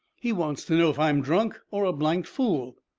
he wants to know if i am drunk or a blanked fool.